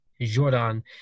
Jordan